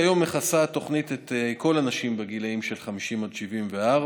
כיום מכסה התוכנית את כל הנשים בגילים של 50 עד 74,